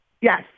Yes